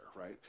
right